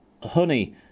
honey